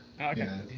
Okay